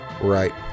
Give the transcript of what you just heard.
Right